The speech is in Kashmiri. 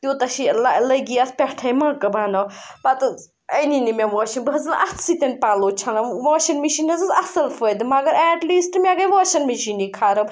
تیوٗتاہ چھِ لَگی اَتھ پٮ۪ٹھَے مہ بَناو پَتہٕ حظ أنی نہٕ مےٚ واشنٛگ بہٕ حظ وۄنۍ اَتھٕ سۭتۍ پَلو چھَلان واشنٛگ مِشیٖن حظ ٲس اَصٕل فٲیِدٕ مگر ایٹلیٖسٹہٕ مےٚ گٔیےٚ واشنٛگ مِشیٖنٕے خراب